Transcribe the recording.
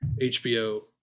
hbo